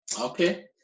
Okay